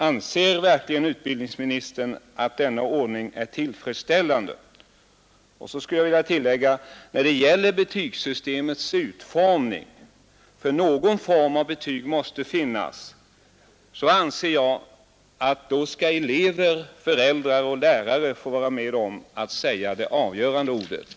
Anser utbildningsministern verkligen att denna ordning är tillfredsställande? När det gäller betygssystemets utformning — för någon form av betyg 5 måste finnas — anser jag att elever, föräldrar och lärare skall få vara med och säga det avgörande ordet.